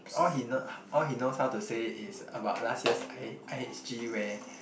all he kn~ all he knows how to say is about last year's I i_h_g where